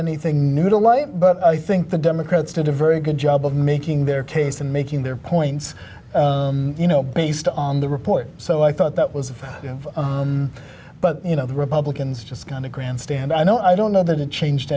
anything new to light but i think the democrats did a very good job of making their case and making their points you know based on the report so i thought that was you know but you know the republicans just going to grandstand i know i don't know that it changed